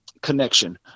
connection